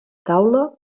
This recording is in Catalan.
taula